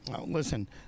Listen